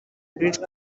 bridge